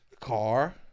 car